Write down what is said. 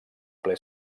ple